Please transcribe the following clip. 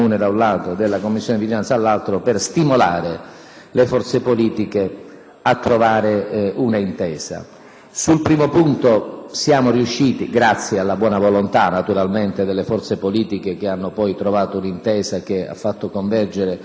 a trovare un'intesa. Sul primo punto siamo riusciti, naturalmente grazie alla buona volontà delle forze politiche che hanno poi trovato un'intesa che ha fatto convergere la maggioranza qualificata dei voti sul nuovo giudice della Corte costituzionale,